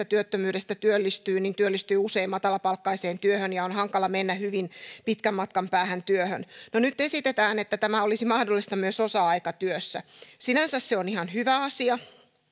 työttömyydestä työllistyy työllistyy usein matalapalkkaiseen työhön ja on hankala mennä hyvin pitkän matkan päähän työhön no nyt esitetään että tämä olisi mahdollista myös osa aikatyössä sinänsä se on ihan hyvä asia